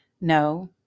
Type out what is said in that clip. No